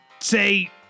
say